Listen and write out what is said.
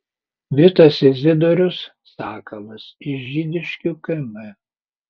vitas izidorius sakalas iš žydiškių km